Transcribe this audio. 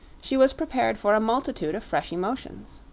she was prepared for a multitude of fresh emotions.